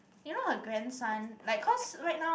you know her grandson like cause right now